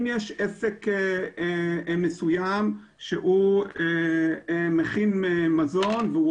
אם יש עסק מסוים שהוא מכין מזון והוא